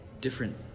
different